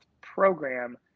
program